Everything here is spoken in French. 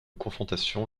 confrontation